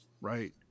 right